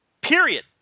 period